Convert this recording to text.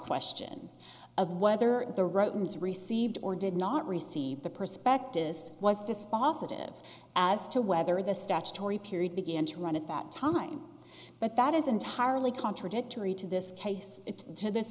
question of whether the romans received or did not receive the prospectus was dispositive as to whether the statutory period began to run at that time but that is entirely contradictory to this case